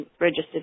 registered